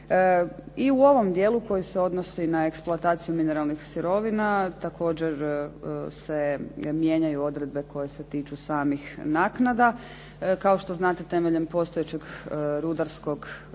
I u ovom dijelu koji se odnosi na eksploataciju mineralnih sirovina, također se mijenjaju odredbe koje se tiču samih naknada. Kao što znate temeljem postojećeg rudarskog pravnog